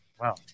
Wow